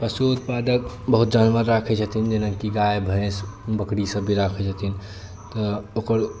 पशु उत्पादक बहुत जानवर राखै छथिन जेनाकि गाय भैंस बकरी सभ भी राखै छथिन तऽ ओकर